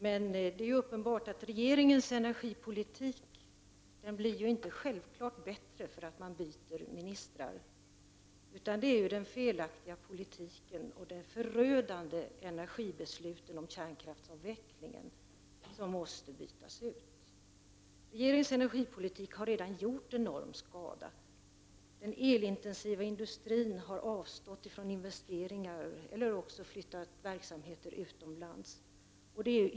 Det är emellertid uppenbart att regeringens energipolitik inte blir bättre bara för att man byter ministrar, utan det är den felaktiga politiken och de förödande energibesluten om kärnkraftsavvecklingen som måste bytas ut. Regeringens energipolitik har redan åstadkommit enorm skada. Den elintensiva industrin har avstått från investeringar eller flyttat verksamheter utomlands.